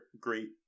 great